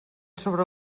sobre